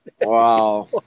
Wow